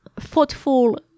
thoughtful